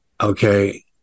okay